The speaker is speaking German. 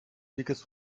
tickets